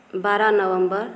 बारह नवम्बर